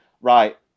right